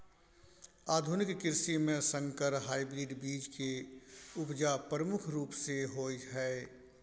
आधुनिक कृषि में संकर या हाइब्रिड बीज के उपजा प्रमुख रूप से होय हय